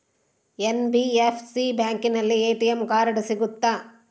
NBFC ಬ್ಯಾಂಕಿನಲ್ಲಿ ATM card ಸಿಗುತ್ತಾ?